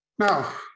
Now